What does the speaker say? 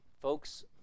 Folks